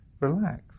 relax